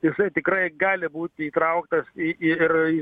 jisai tikrai gali būti įtrauktas į ir